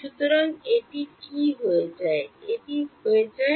সুতরাং এটি কি হয়ে যায় এই হয়ে যায়